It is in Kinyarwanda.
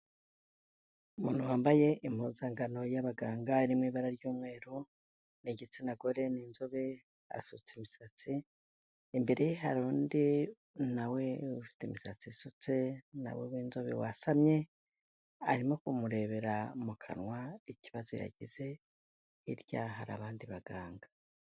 Umuntu wambaye impuzangano y'abaganga harimo ibara ry'umweru, ni igitsina gore, ni inzobe, asutse imisatsi, imbere hari undi nawe ufite imisatsi isutse nawe w'inzobe wasamye, arimo kumurebera mu kanwa ikibazo yagize, hirya hari abandi baganga.